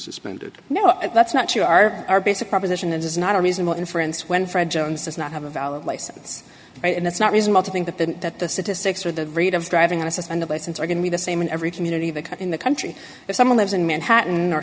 suspended no that's not to our our basic proposition is not a reasonable inference when fred jones does not have a valid license yes and it's not reasonable to think that the that the statistics or the rate of driving on a suspended license are going to be the same in every community that in the country if someone lives in manhattan or